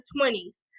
20s